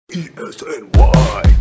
E-S-N-Y